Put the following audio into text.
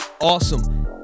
Awesome